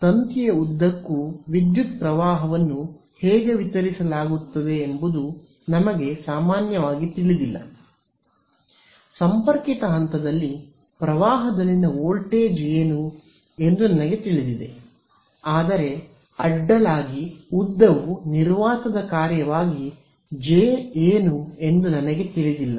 ಇಲ್ಲಿ ತಂತಿಯ ಉದ್ದಕ್ಕೂ ವಿದ್ಯುತ್ ಪ್ರವಾಹವನ್ನು ಹೇಗೆ ವಿತರಿಸಲಾಗುತ್ತದೆ ಎಂಬುದು ನಮಗೆ ಸಾಮಾನ್ಯವಾಗಿ ತಿಳಿದಿಲ್ಲ ಸಂಪರ್ಕಿತ ಹಂತದಲ್ಲಿ ಪ್ರವಾಹದಲ್ಲಿನ ವೋಲ್ಟೇಜ್ ಏನು ಎಂದು ನನಗೆ ತಿಳಿದಿದೆ ಆದರೆ ಅಡ್ಡಲಾಗಿ ಉದ್ದವು ನಿರ್ವಾತದ ಕಾರ್ಯವಾಗಿ ಜೆ ಏನು ಎಂದು ನನಗೆ ತಿಳಿದಿಲ್ಲ